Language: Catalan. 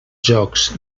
jocs